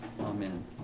Amen